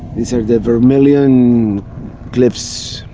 these are the vermilion cliffs.